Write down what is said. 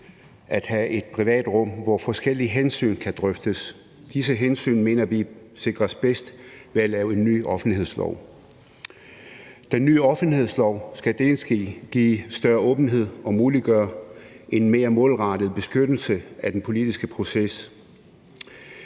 at have et privat rum, hvor forskellige hensyn kan drøftes. Disse hensyn mener vi sikres bedst ved at lave en ny offentlighedslov. Den nye offentlighedslov skal både give større åbenhed og muliggøre en mere målrettet beskyttelse af den politiske proces.